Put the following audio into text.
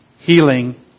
healing